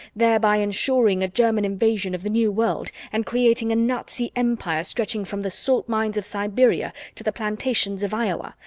thereby ensuring a german invasion of the new world and creating a nazi empire stretching from the salt mines of siberia to the plantations of iowa,